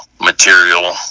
material